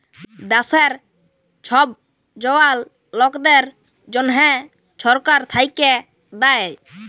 দ্যাশের ছব জয়াল লকদের জ্যনহে ছরকার থ্যাইকে দ্যায়